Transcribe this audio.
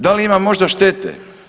Da li ima možda štete?